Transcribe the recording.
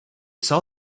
saw